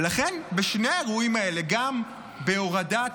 ולכן בשני האירועים האלה, גם בנסיגה